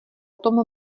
tom